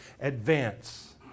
advance